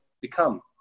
become